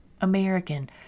American